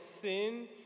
sin